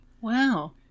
Wow